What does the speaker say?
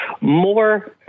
more